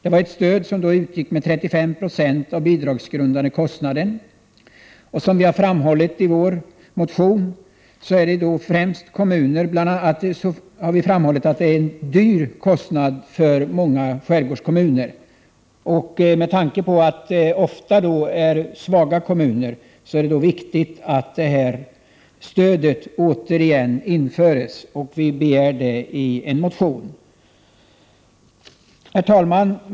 Det var ett stöd som då utgick med 35 70 av den bidragsgrundande kostnaden. Som vi har framhållit i vår motion är det en hög kostnad för många skärgårdskommuner. Med tanke på att det ofta är fråga om svaga kommuner är det viktigt att stödet återigen införs. Detta begär vi i en motion. Herr talman!